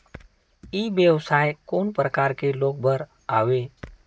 ई व्यवसाय कोन प्रकार के लोग बर आवे?